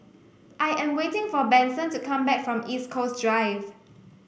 I am waiting for Benson to come back from East Coast Drive